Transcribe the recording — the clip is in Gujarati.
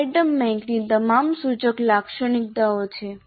આ આઇટમ બેંકની તમામ સૂચક લાક્ષણિકતાઓ છે